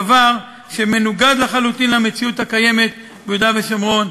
דבר שמנוגד לחלוטין למציאות הקיימת ביהודה ושומרון,